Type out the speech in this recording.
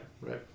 Right